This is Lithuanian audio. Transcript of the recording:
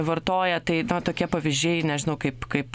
vartoja tai na tokie pavyzdžiai nežinau kaip kaip